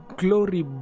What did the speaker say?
glory